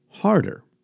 Harder